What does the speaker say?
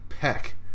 Peck